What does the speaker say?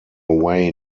way